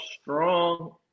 strong